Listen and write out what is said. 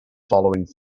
following